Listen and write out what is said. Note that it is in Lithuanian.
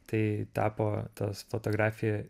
tai tapo tas fotografija